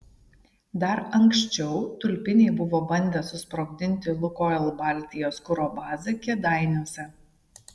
dar anksčiau tulpiniai buvo bandę susprogdinti lukoil baltijos kuro bazę kėdainiuose